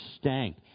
stank